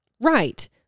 Right